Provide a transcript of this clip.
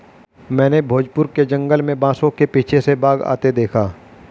मैंने भोजपुर के जंगल में बांसों के पीछे से बाघ आते देखा